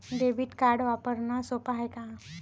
Debit card वापरणं सोप हाय का?